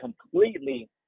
completely